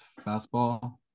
fastball